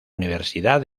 universidad